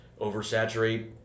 oversaturate